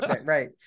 Right